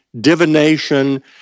divination